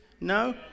No